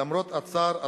למרות הצער,